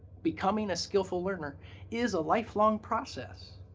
becoming a skillful learner is a lifelong process.